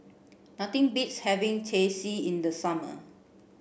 nothing beats having Teh C in the summer